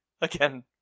again